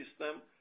system